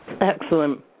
Excellent